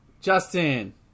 Justin